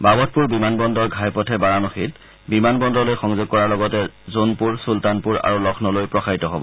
বাবটপুৰ বিমান বন্দৰ ঘাইপথে বাৰানসীত বিমান বন্দৰলৈ সংযোগ কৰাৰ লগতে জোনপুৰ চুলতানপুৰ আৰু লক্ষ্ণৌলৈ প্ৰসাৰিত হব